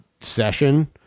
session